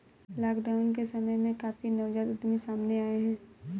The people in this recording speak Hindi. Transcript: लॉकडाउन के समय में काफी नवजात उद्यमी सामने आए हैं